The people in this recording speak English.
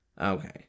okay